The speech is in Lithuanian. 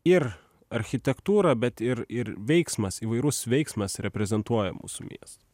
ir architektūra bet ir ir veiksmas įvairus veiksmas reprezentuoja mūsų miestą